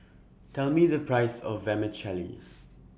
Tell Me The Price of Vermicelli